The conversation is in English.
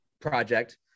project